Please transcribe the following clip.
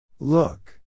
Look